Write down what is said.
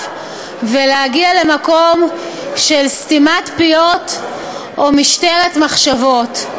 ולהגיע למקום של סתימת פיות או משטרת מחשבות.